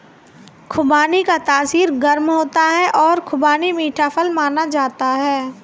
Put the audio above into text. खुबानी का तासीर गर्म होता है और खुबानी मीठा फल माना जाता है